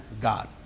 God